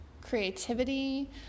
creativity